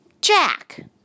Jack